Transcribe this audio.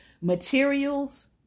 Materials